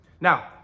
Now